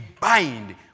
bind